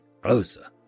closer